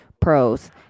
pros